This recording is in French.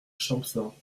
champsaur